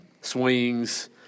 swings